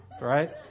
right